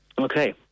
Okay